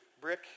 brick